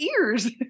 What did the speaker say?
ears